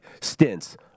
stints